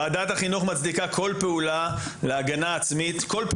ועדת החינוך מצדיקה כל פעולה להגנה עצמית כל פעולה.